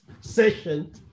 session